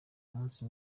munsi